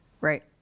Right